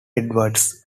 edwards